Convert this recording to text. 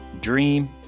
dream